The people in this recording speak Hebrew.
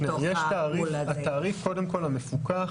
התעריף קודם כל המפוקח